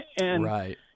Right